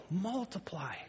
multiply